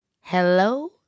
hello